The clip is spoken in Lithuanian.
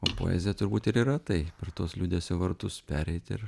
o poezija turbūt ir yra tai per tuos liūdesio vartus pereit ir